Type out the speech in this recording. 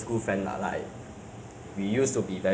ah face them right now is like really really awkward lah